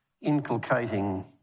inculcating